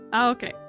okay